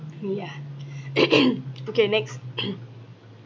yeah okay next